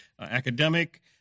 academic